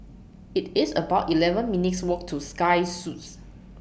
IT IS about eleven minutes' Walk to Sky Suites